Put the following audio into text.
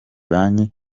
banki